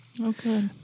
Okay